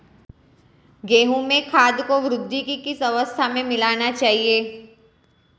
गेहूँ में खाद को वृद्धि की किस अवस्था में मिलाना चाहिए?